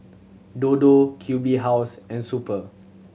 Dodo Q B House and Super